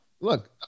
look